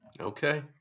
okay